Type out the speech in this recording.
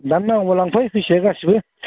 दानो नांगोबा लांफै फैसाया गासिबो